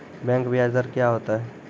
Bank का ब्याज दर क्या होता हैं?